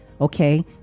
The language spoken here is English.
okay